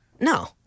No